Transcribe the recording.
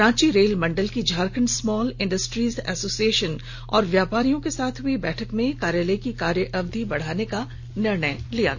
Ranchi rail मंडल की Jharkhand small industries association और व्यापारियों के साथ हुई बैठक में कार्यालय की कार्य अवधि बढ़ाने का निर्णय लिया गया